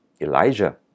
Elijah